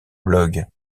blog